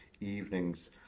evenings